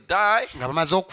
die